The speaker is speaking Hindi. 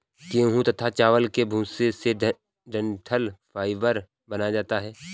गेहूं तथा चावल के भूसे से डठंल फाइबर बनाया जाता है